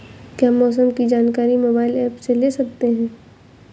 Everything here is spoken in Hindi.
क्या मौसम की जानकारी मोबाइल ऐप से ले सकते हैं?